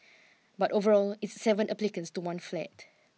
but overall it's seven applicants to one flat